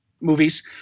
movies